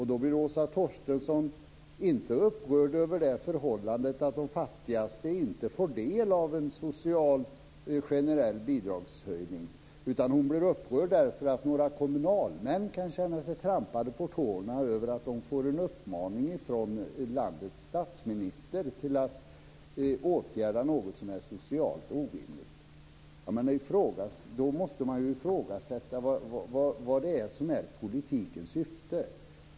Då blir Åsa Torstensson inte upprörd över det förhållandet att de fattigaste inte får del av en social generell bidragshöjning, utan hon blir upprörd därför att några kommunalmän kan känna sig trampade på tårna för att de får en uppmaning från landets statsminister om att åtgärda något som är socialt orimligt. Då måste man ju ifrågasätta vad det är som är politikens syfte.